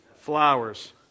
flowers